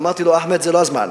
אמרתי לו: אחמד, זה לא הזמן,